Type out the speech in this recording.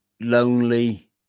lonely